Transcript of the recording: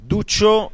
Duccio